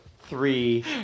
three